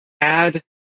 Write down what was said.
add